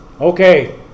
Okay